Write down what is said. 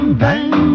bang